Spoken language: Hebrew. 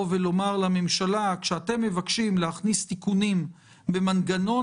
לממשלה: כשאתם מבקשים להכניס תיקונים במנגנון